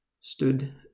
stood